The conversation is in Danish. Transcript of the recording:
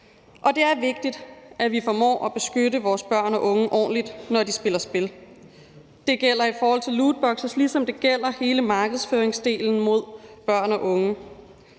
Det er vigtigt, at vi formår at beskytte vores børn og unge ordentligt, når de spiller spil. Det gælder i forhold til lootbokse, ligesom det gælder hele markedsføringsdelen rettet mod børn og unge